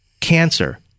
Cancer